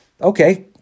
Okay